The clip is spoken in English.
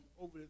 over